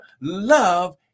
love